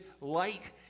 light